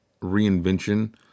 reinvention